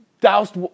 doused